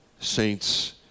saints